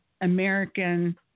American